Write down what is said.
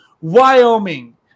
Wyoming